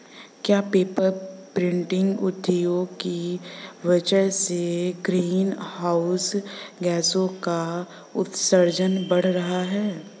क्या paper printing उद्योग की वजह से ग्रीन हाउस गैसों का उत्सर्जन बढ़ रहा है?